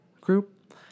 group